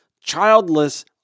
childless